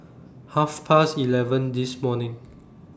Half Past eleven This morning